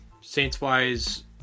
Saints-wise